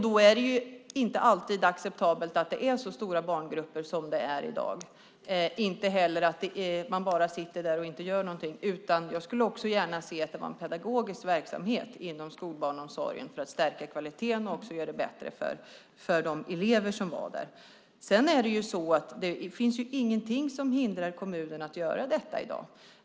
Då är det inte alltid acceptabelt att det är så stora barngrupper som det i dag är och inte heller att man bara sitter där och inte gör någonting. Jag skulle också gärna se en pedagogisk verksamhet inom skolbarnomsorgen just för att stärka kvaliteten och för att göra det bättre för eleverna där. Det finns ingenting som hindrar kommunerna att i dag göra det.